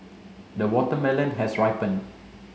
the watermelon has ripened